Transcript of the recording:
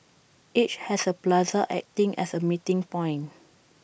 each has A plaza acting as A meeting point